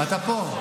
אתה פה?